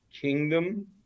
Kingdom